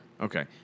Okay